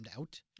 out